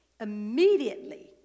Immediately